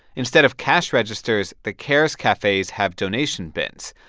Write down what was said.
instead of cash registers, the cares cafes have donation bins.